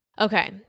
Okay